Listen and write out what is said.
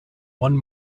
one